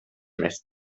més